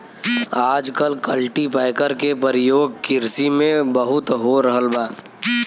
आजकल कल्टीपैकर के परियोग किरसी में बहुत हो रहल बा